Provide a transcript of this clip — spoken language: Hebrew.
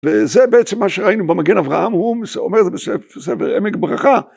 וזה בעצם מה שראינו במגן אברהם, הוא אומר את זה בספר עמק ברכה.